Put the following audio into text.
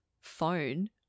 phone